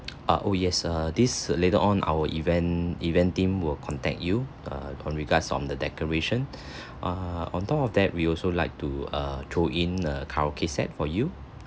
uh oh yes err this later on our event event team will contact you err on regards on the decoration err on top of that we also like to err throw in a karaoke set for you